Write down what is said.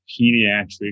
pediatric